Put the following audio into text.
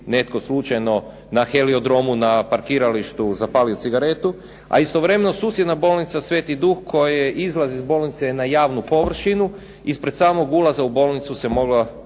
netko slučajno na heliodromu, na parkiralištu zapalio cigaretu, a istovremeno susjedna bolnica "Sveti Duh" kojoj je izlaz iz bolnice na javnu površinu, ispred samog ulaza u bolnicu se mogla